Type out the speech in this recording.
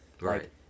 Right